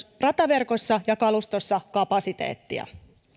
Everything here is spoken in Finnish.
rataverkossa että kalustossa